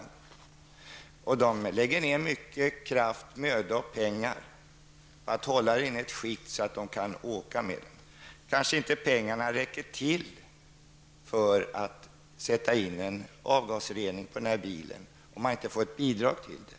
De lägger ned mycket möda och pengar på att hålla den i ett skick så att de kan åka med den. Pengarna kanske inte räcker till för att sätta in avgasrening på den bilen om de inte får ett bidrag till detta.